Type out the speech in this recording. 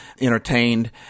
entertained